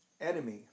enemy